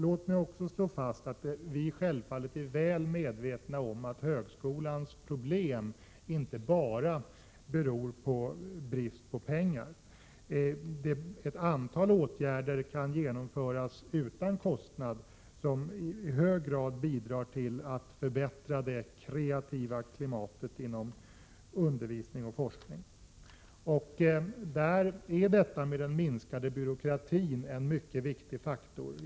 Låt mig emellertid först slå fast att vi självfallet är väl medvetna om att högskolans problem inte bara beror på brist på pengar. Ett antal åtgärder som i hög grad bidrar till att förbättra det kreativa klimatet inom undervisning och forskning kan genomföras utan kostnad. En minskning av byråkratin är här en viktig faktor.